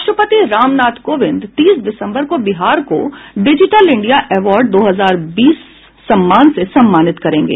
राष्ट्रपति रामनाथ कोविंद तीस दिसंबर को बिहार को डिजिटल इंडिया अवार्ड दो हजार बीस सम्मान से सम्मानित करेंगे